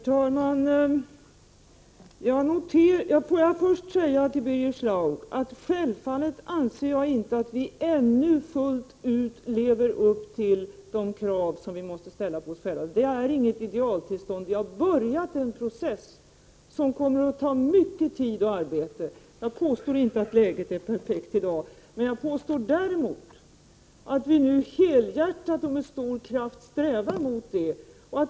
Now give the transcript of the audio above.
Herr talman! Får jag först säga till Birger Schlaug att jag självfallet inte anser att Sverige ännu fullt ut lever upp till de krav som vi måste ställa på oss själva. Det är inget idealtillstånd. Vi har börjat en process, som kommer att ta mycket tid och arbete i anspråk. Jag påstår inte att läget är perfekt i dag, men jag påstår att vi nu helhjärtat och med stor kraft strävar mot det.